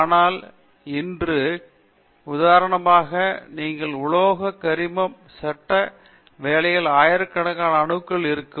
ஆனால் இன்று உதாரணமாக நீங்கள் உலோக கரிம சட்ட வேலைகள் ஆயிரக்கணக்கான அணுக்கள் இருக்கும்